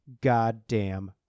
Goddamn